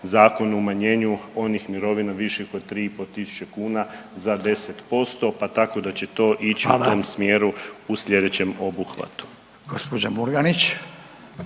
zakon umanjenju onih mirovina viših od 3,5 tisuća kuna za 10% pa tako da će to ići u tom smjeru u sljedećem obuhvatu.